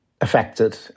affected